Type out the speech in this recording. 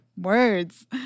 words